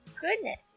Goodness